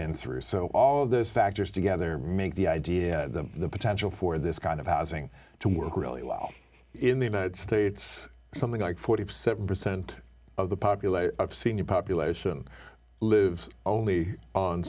been through so all of those factors together make the idea the potential for this kind of housing to work really well in the united states something like forty seven percent of the population of senior population lives only on